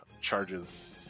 charges